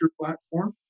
platform